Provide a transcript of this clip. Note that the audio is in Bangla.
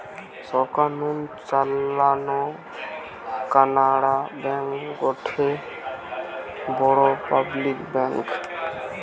সরকার নু চালানো কানাড়া ব্যাঙ্ক গটে বড় পাবলিক ব্যাঙ্ক